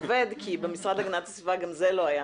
כי במשרד להגנת הסביבה גם זה לא היה.